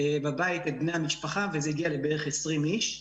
בבית את בני המשפחה וזה הגיע בערך ל-20 איש.